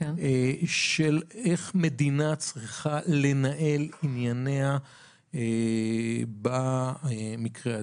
של איך מדינה צריכה לנהל את ענייניה במקרה הזה.